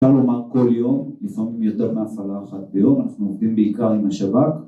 ‫אפשר לומר, כל יום, ‫לפעמים יותר מהפעלה אחת ביום, ‫אנחנו עובדים בעיקר עם השב"כ.